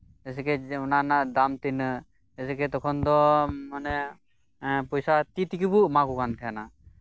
ᱡᱮᱭᱥᱮ ᱠᱤ ᱚᱱᱟ ᱨᱮᱱᱟᱜ ᱫᱟᱢ ᱛᱤᱱᱟᱹᱜ ᱡᱮᱭᱥᱮ ᱠᱤᱛᱚᱠᱷᱚᱱ ᱫᱚ ᱢᱟᱱᱮ ᱯᱚᱭᱥᱟ ᱛᱤ ᱛᱮᱜᱮ ᱵᱚ ᱮᱢᱟ ᱠᱚ ᱠᱟᱱ ᱛᱟᱦᱮᱸᱱᱟ